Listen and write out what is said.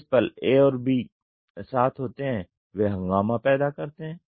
जिस पल A और B साथ होते हैं वे हंगामा पैदा करते हैं